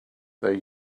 they